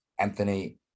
Anthony